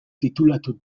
titulatu